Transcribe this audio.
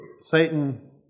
Satan